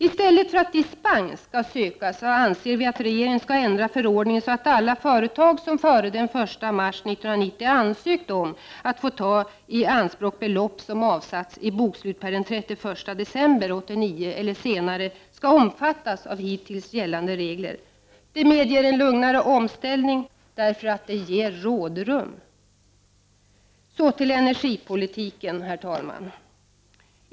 I stället för att dispens skall sökas anser vi att regeringen skall ändra förordningen så att alla företag som före den 1 mars 1990 ansökt om att få ta i anspråk belopp som avsatts i bokslut per den 31 december 1989 eller senare skall omfattas av hittills gällande regler. Det medger en lugnare omställning, därför att det ger rådrum. Så till energipolitiken, herr talman.